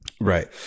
right